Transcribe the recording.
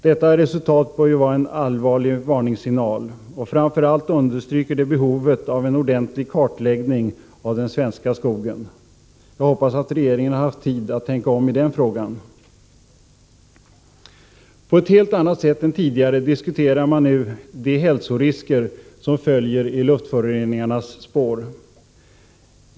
Detta resultat bör vara en allvarlig varningssignal, och framför allt understryker det behovet av en ordentlig kartläggning av den svenska skogen. Jag hoppas att regeringen har haft tid att tänka om i den frågan. På ett helt annat sätt än tidigare diskuterar man nu de hälsorisker som följer i luftföroreningarnas spår.